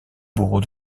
bourreau